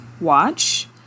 watch